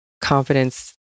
confidence